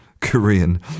Korean